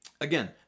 Again